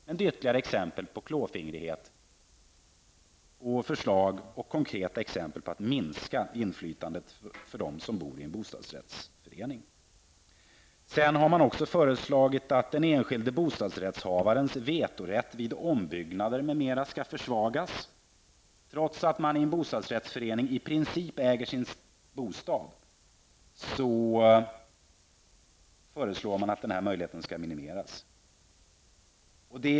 Det är ytterligare ett exempel på klåfingrighet och på försöken att minska inflytandet för dem som bor i en bostadsrättsförening. Vidare har det föreslagits att den enskilde bostadsrättshavarens vetorätt vid ombyggnader m.m. skall försvagas. Trots att man i en bostadsrättsförening i princip äger sin bostad föreslås att den möjligheten skall minimeras.